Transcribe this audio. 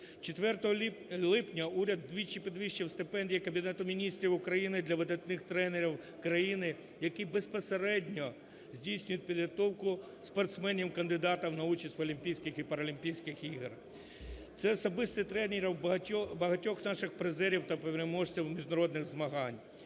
4 липня уряд вдвічі підвищив стипендії Кабінету Міністрів України для видатних тренерів країни, які безпосередньо здійснюють підготовку спортсменів-кандидатів на участь в олімпійських і параолімпійських ігор. Це особисті тренери багатьох наших призерів та переможців у міжнародних змаганнях.